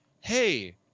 hey